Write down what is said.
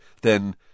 then